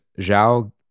Zhao